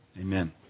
Amen